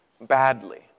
badly